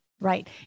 right